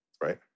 right